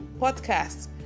podcast